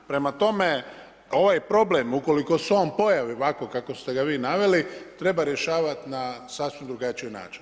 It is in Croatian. Prema tome, ovaj problem ukoliko se on pojavi ovako kako ste ga vi naveli, treba rješavati na sasvim drugačiji način.